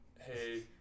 hey